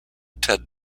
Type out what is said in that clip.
ted